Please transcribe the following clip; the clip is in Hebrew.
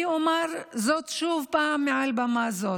אני אומר זאת עוד פעם מעל במה זו: